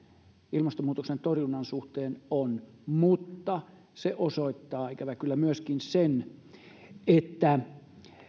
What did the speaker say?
ilmastonmuutoksen torjunnan suhteen on mutta se osoittaa ikävä kyllä myöskin sen että